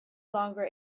longer